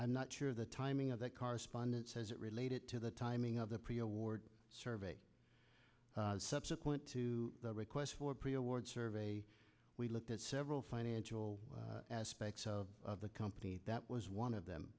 i'm not sure the timing of that correspondence as it related to the timing of the pre award survey subsequent to the requests for pre award survey we looked at several financial aspects of the company that was one of them